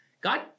God